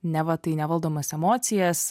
neva tai nevaldomas emocijas